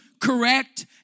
correct